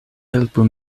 helpu